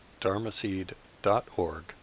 dharmaseed.org